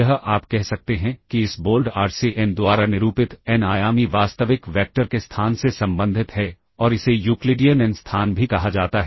यह आप कह सकते हैं कि इस बोल्ड आर से एन द्वारा निरूपित एन आयामी वास्तविक वैक्टर के स्थान से संबंधित है और इसे यूक्लिडियन एन स्थान भी कहा जाता है